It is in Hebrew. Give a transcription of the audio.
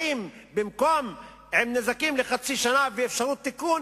במקום עם נזקים לחצי שנה ואפשרות תיקון,